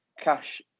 cash